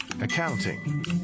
accounting